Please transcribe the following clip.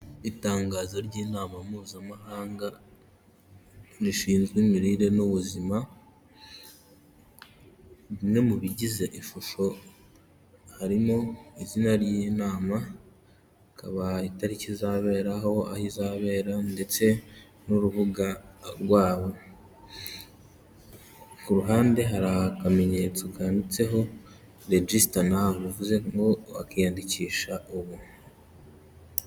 Itangazo ry'inama mpuzamahanga rishinzwe imirire n'ubuzima ,bimwe mu bigize ishusho harimo izina ry'inama, hakaba itariki izaberaho, aho izabera ndetse n’urubuga rwabo. Ku ruhande hari akamenyetso kanditseho rejisita nawu, bivuze ngo wakiyandikisha ubu.